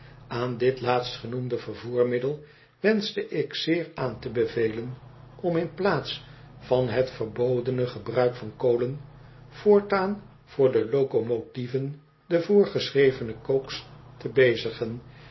aan dit laatstgenoemde vervoermiddel wenschteik zeer aan te bevelen om in plaats van het yerbodene gebruik van kolen voortaan voor de locomotieven de voorgeschrevene coaks to bezigen